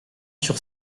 sur